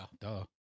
Duh